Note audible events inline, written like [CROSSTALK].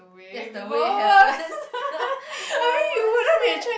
that's the way happens [LAUGHS] oh that sad